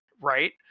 Right